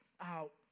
out